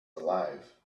alive